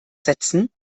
setzen